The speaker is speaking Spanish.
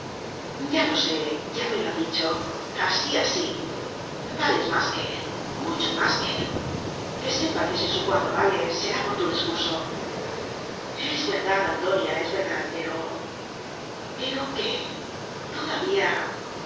ya lo sé ya me lo han dicho así así vales más que él mucho más que él que sepa que si su cuadro vale será por tu discursó es verdad antonia es verdad pero pero qué todavía